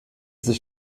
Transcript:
sich